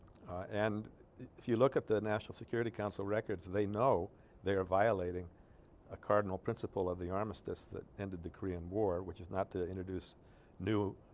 and if you look at the national security council records they know they're violating a cardinal principle of the armistice that ended the korean war which is not to introduce new.